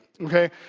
okay